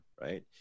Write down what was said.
right